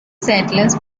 settlers